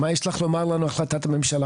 מה יש לך לומר לנו על החלטת הממשלה?